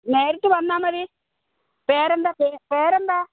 നേരിട്ട് വന്നാൽ മതി പേരെന്താ പേരെന്താ